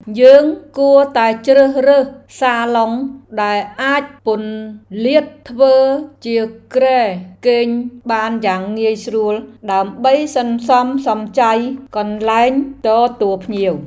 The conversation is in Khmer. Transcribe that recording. យើងគួរតែជ្រើសរើសសាឡុងដែលអាចពន្លាតធ្វើជាគ្រែគេងបានយ៉ាងងាយស្រួលដើម្បីសន្សំសំចៃកន្លែងទទួលភ្ញៀវ។